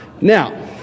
Now